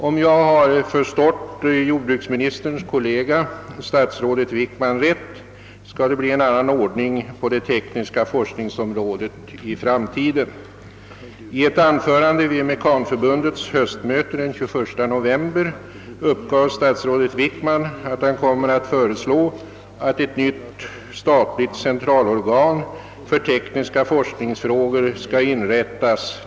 Om jag har förstått jordbruksministerns kollega statsrådet Wickman rätt, skall det i framtiden bli en annan ordning på den tekniska forskningens område. I ett anförande vid Mekanförbundets höstmöte den 21 november uppgav statsrådet Wickman att han kommer att föreslå att ett nytt statligt centralorgan för tekniska forskningsfrågor skall inrättas.